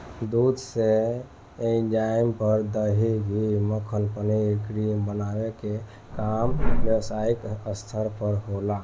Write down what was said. दूध से ऐइजा पर दही, घीव, मक्खन, पनीर, क्रीम बनावे के काम व्यवसायिक स्तर पर होला